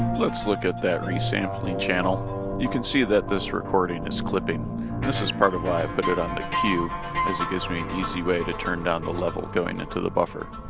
let's look at that resampling channel you can see that this recording is clipping this is part of why i put but it on the cue, as it gives me an easy way to turn down the level going into the buffer.